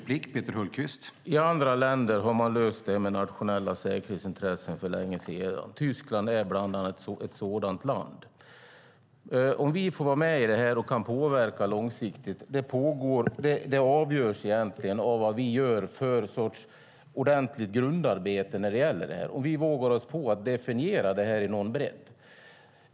Herr talman! I andra länder har man löst det här med nationella säkerhetsintressen för länge sedan. Tyskland är ett sådant land. Om vi får vara med i det här och kan påverka långsiktigt avgörs egentligen av vad vi gör för sorts ordentligt grundarbete när det gäller det här, om vi vågar oss på att definiera det här i någon bredd.